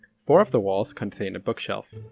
four of the walls contain a bookshelf,